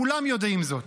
כולם יודעים זאת.